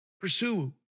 pursue